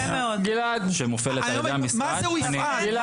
מה זה הוא יפעל?